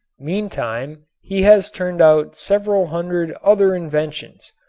meantime he has turned out several hundred other inventions,